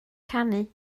canu